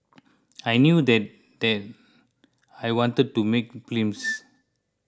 I knew then that I wanted to make films